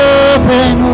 open